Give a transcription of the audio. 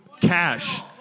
Cash